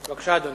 בבקשה, אדוני.